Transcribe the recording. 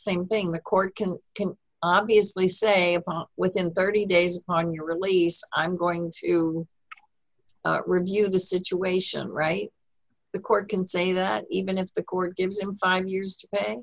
same thing the court can can obviously say within thirty days on your release i'm going to d review the situation right the court can say that even if the court gives him five years